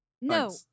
No